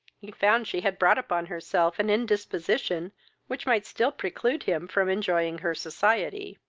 he found she had brought upon herself an indisposition which might still preclude him from enjoying her society.